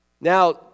Now